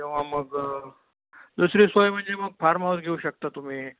तेव्हा मग दुसरी सोय म्हणजे मग फार्महाऊस घेऊ शकता तुम्ही